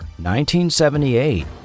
1978